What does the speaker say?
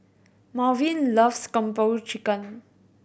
Malvin loves Kung Po Chicken